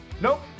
Nope